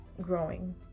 growing